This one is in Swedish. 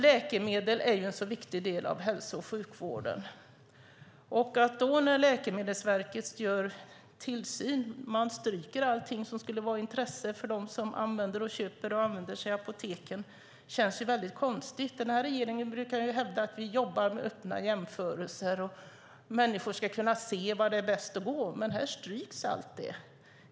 Läkemedel är nämligen en så viktig del av hälso och sjukvården, och när Läkemedelsverket bedriver tillsyn och stryker allt som skulle vara av intresse för dem som använder sig av apoteken känns det väldigt konstigt. Denna regering brukar hävda att den jobbar med öppna jämförelser och att människor ska kunna se vart det är bäst att gå, men här stryks allt detta.